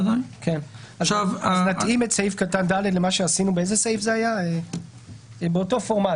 אז נתאים את סעיף קטן (ד) למה שעשינו באותו פורמט,